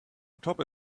atop